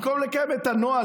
במקום לקיים את הנוהל,